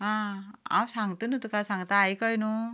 आं हांव सांगतां न्हय तुका सांगतां आयक न्हय